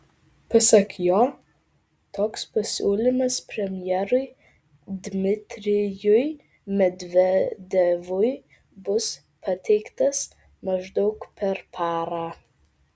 pasak jo toks pasiūlymas premjerui dmitrijui medvedevui bus pateiktas maždaug per parą